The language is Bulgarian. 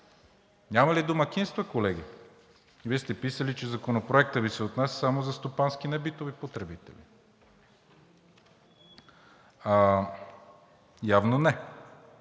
Няма ли домакинства, колеги? Вие сте писали, че Законопроектът Ви се отнася само за стопански небитови потребители. Явно не.